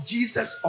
Jesus